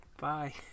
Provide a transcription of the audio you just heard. Bye